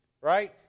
Right